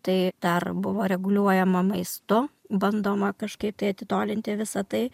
tai dar buvo reguliuojama maistu bandoma kažkaip tai atitolinti visa tai